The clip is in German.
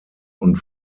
und